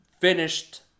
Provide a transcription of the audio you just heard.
finished